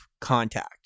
contact